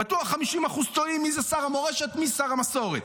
בטוח 50% טועים במי זה שר המורשת ומי זה שר המסורת.